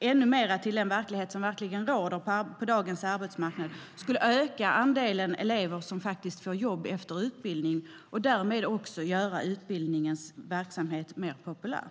ännu mera till den verklighet som råder på dagens arbetsmarknad skulle öka andelen elever som får jobb efter utbildning och därmed också göra utbildningens verksamhet mer populär.